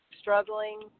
struggling